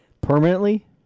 Permanently